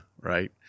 right